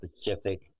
specific